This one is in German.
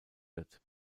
wird